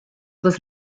was